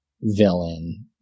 villain